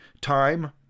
time